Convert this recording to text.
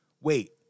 wait